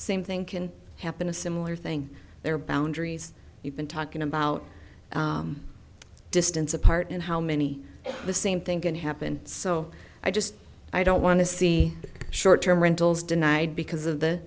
same thing can happen a similar thing there are boundaries you've been talking about distance apart and how many the same thing can happen so i just i don't want to see short term rentals denied because of the